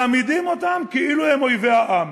מעמידים אותם כאילו הם אויבי העם.